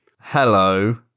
Hello